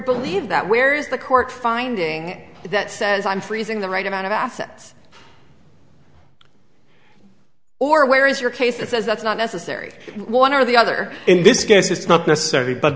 believe that where is the court finding that says i'm freezing the right amount of assets or where is your case that says that's not necessary one or the other in this case it's not necessary but